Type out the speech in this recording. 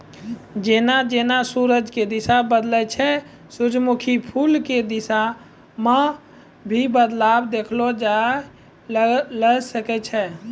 जेना जेना सूरज के दिशा बदलै छै सूरजमुखी फूल के दिशा मॅ भी बदलाव देखलो जाय ल सकै छै